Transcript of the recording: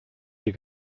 dir